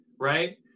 right